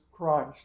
Christ